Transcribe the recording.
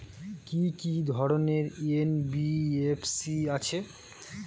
কি কি ধরনের এন.বি.এফ.সি আছে?